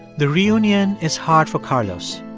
the reunion is hard for carlos.